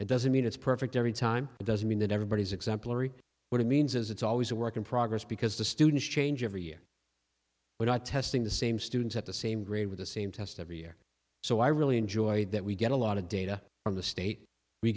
it doesn't mean it's perfect every time it doesn't mean that everybody's exemplary what it means is it's always a work in progress because the students change every year we're not testing the same students at the same grade with the same test every year so i really enjoyed that we get a lot of data from the state we